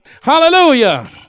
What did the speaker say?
Hallelujah